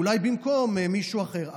אולי במקום מישהו אחר.